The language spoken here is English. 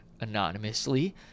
anonymously